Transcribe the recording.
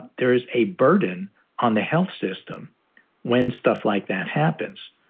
there is a burden on the health system when stuff like that happens,